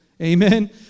amen